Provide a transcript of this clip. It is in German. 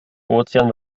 ozean